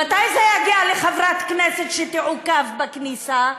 מתי זה יגיע לחברת כנסת שתעוכב בכניסה?